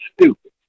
stupid